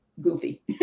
goofy